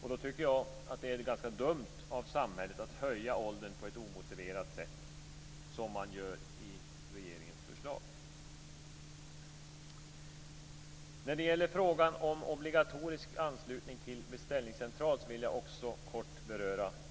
Därför tycker jag att det är ganska dumt av samhället att höja åldern på det omotiverade sätt som regeringen föreslår. Också frågan om obligatorisk anslutning till beställningscentral vill jag helt kort beröra.